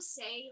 say